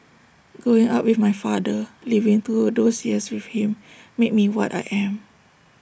growing up with my father living through those years with him made me what I am